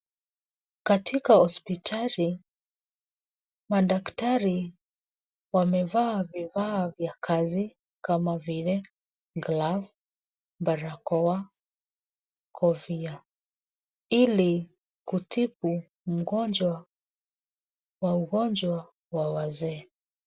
Katika hospitali, madaktari wamevaa vifaa vya kazi kama vile glove , barakoa, kofia ili kutibu mgonjwa wa ugonjwa wa wazee.